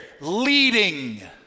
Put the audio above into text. leading